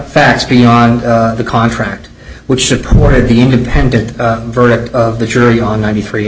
facts beyond the contract which supported the independent verdict of the jury on ninety three